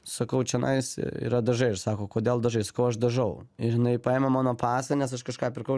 sakau čionais yra dažai ir sako kodėl dažai sakau aš dažau ir jinai paėmė mano pasą nes aš kažką pirkau